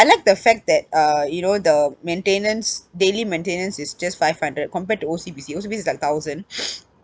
like the fact that uh you know the maintenance daily maintenance is just five hundred compared to O_C_B_C O_C_B_C is like thousand